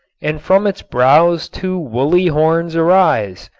and from its brows two wooly horns arise.